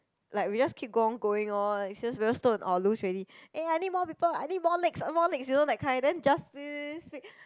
like we just keep on going lor like scissors paper stone oh lose already eh I need more people I need more legs more legs you know that kind then just split split split split split